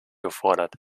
gefordert